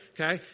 okay